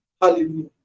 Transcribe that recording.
Hallelujah